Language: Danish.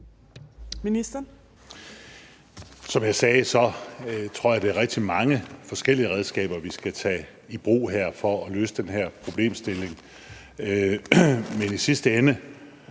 Som jeg sagde, så tror jeg, det er rigtig mange forskellige redskaber, vi skal tage i brug her for at løse den her problemstilling. Men i sidste ende